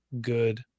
good